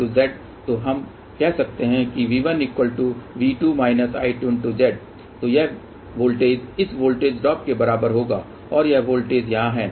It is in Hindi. तो हम कह सकते हैं कि V1V2−I2Z तो यह वोल्टेज इस वोल्टेज ड्रॉप के बराबर होगा और यह वोल्टेज यहाँ है